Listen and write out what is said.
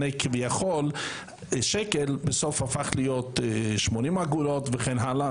כביכול שקל בסוף הפך להיות 80 אגורות וכן הלאה,